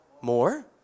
more